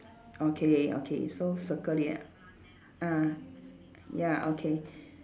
okay okay so circle it ah ya okay